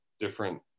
different